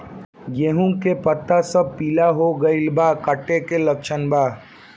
गेहूं के पता सब पीला हो गइल बा कट्ठा के लक्षण बा?